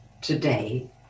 today